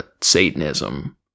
Satanism